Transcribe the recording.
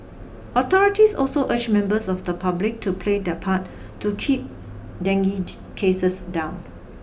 authorities also urged members of the public to play their part to keep dengue cases down